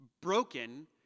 broken